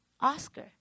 Oscar